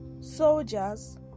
soldiers